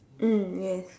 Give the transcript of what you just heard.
mm yes